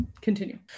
continue